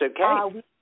okay